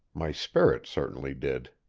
my spirits certainly did.